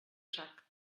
sac